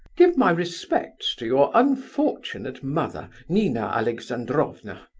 give my respects to your unfortunate mother, nina alexandrovna.